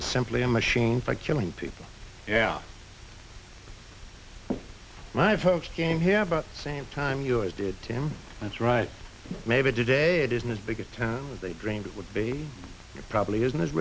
is simply a machine like killing people yeah my folks came here about the same time yours did to him that's right maybe today it isn't as big a town as they dreamed it would be it probably isn't as